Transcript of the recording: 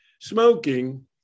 smoking